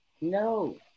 No